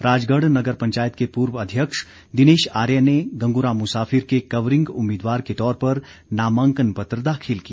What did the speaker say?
राजगढ़ नगर पंचायत के पूर्व अध्यक्ष दिनेश आर्य ने गंगूराम मुसाफिर के कवरिंग उम्मीदवार के तौर पर नामांकन पत्र दाखिल किया